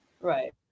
Right